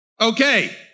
okay